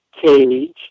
cage